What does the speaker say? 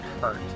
hurt